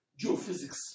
geophysics